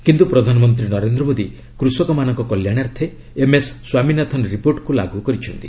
କିନ୍ତୁ ପ୍ରଧାନମନ୍ତ୍ରୀ ନରେନ୍ଦ୍ର ମୋଦୀ କୃଷକମାନଙ୍କ କଲ୍ୟାଣାର୍ଥେ ଏମ୍ଏସ୍ ସ୍ୱାମୀନାଥନ ରିପୋର୍ଟକୁ ଲାଗୁ କରିଛନ୍ତି